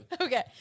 Okay